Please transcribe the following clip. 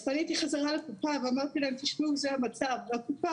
אז פניתי חזרה לקופה והסרתי להם את המצב והקופה